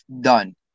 done